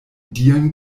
dielen